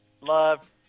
Love